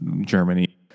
Germany